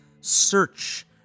search